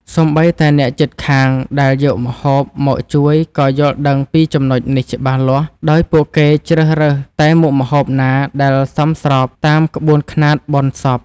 សូម្បីតែអ្នកជិតខាងដែលយកម្ហូបមកជួយក៏យល់ដឹងពីចំណុចនេះច្បាស់លាស់ដោយពួកគេជ្រើសរើសតែមុខម្ហូបណាដែលសមស្របតាមក្បួនខ្នាតបុណ្យសព។